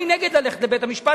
אני נגד ללכת לבית-המשפט,